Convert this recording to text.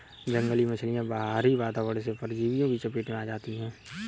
जंगली मछलियाँ बाहरी वातावरण से परजीवियों की चपेट में आ जाती हैं